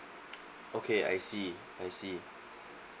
okay I see I see